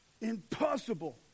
Impossible